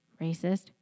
racist